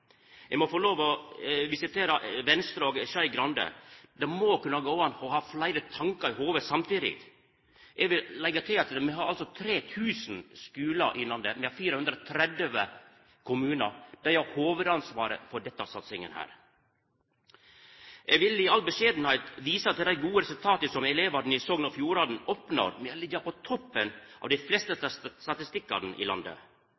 Venstre og Skei Grande: Det må kunne gå an å ha fleire tankar i hovudet samtidig. Eg vil leggja til at me har altså 3 000 skular i landet. Me har 430 kommunar. Dei har hovudansvaret for denne satsinga. Eg vil i all beskjedenheit visa til dei gode resultata som elevane i Sogn og Fjordane oppnår. Me har lege på toppen av dei fleste statistikkane i landet.